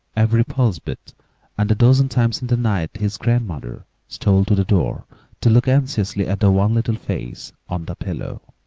every pulse-beat and a dozen times in the night his grandmother stole to the door to look anxiously at the wan little face on the pillow.